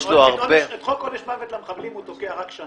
את חוק עונש מוות למחבלים הוא תוקע רק שנה.